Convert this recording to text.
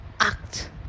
act